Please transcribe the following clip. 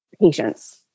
patience